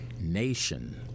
nation—